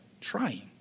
trying